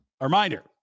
Reminder